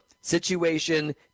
situation